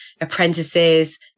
apprentices